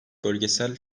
bölgesel